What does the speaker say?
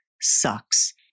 sucks